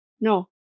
No